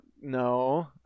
No